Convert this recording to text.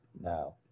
now